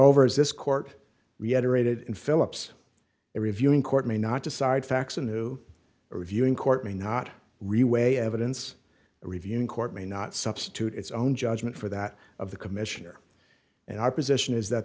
over as this court reiterated in philip's reviewing court may not decide facts a new or reviewing court may not really weigh evidence a review in court may not substitute its own judgment for that of the commissioner and our position is that